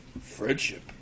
Friendship